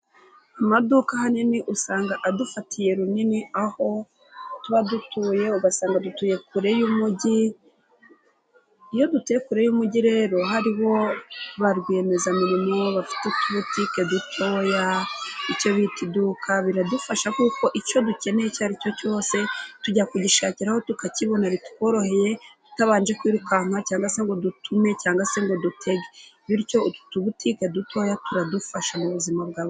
Amaduka ahanini usanga adufatiye runini aho tuba dutuye ugasanga dutuye kure y'umujyi, iyo dutuye kure y'umujyi rero hariho ba rwiyemezamirimo bafite utubutike dutoya, icyo bita iduka, biradufasha kuko icyo dukeneye icyo ari cyo cyose tujya kugishakiraho tukakibona bitworoheye, tutabanje kwirukanka cyangwa se ngo dutume cyangwa se ngo dutege bityo utu tubutike dutoya turadufasha mu buzima bwa buri munsi.